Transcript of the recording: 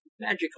Magic